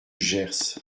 gers